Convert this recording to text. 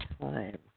time